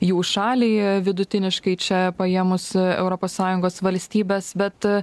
jų šaliai vidutiniškai čia paėmus europos sąjungos valstybes bet